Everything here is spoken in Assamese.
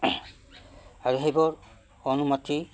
আৰু সেইবোৰ অনুমতি